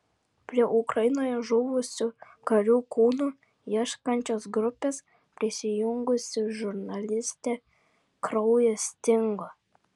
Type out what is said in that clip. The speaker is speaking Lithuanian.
prie ukrainoje žuvusių karių kūnų ieškančios grupės prisijungusi žurnalistė kraujas stingo